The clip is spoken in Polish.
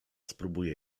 spróbuję